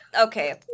Okay